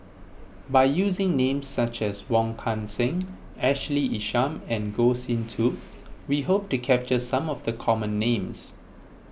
by using names such as Wong Kan Seng Ashley Isham and Goh Sin Tub we hope to capture some of the common names